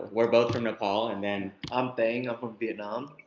we're both from nepal. and then i'm thung, i'm from vietnam.